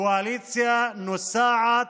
הקואליציה נוסעת,